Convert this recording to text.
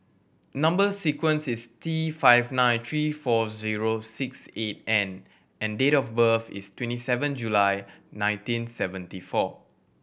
number sequence is T five nine three four zero six eight N and date of birth is twenty seven July nineteen seventy four